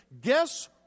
guess